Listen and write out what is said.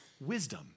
wisdom